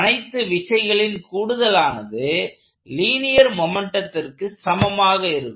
அனைத்து விசைகளின் கூடுதலானது லீனியர் மொமெண்ட்டத்திற்கு சமமாக இருக்கும்